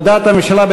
הודעת הממשלה,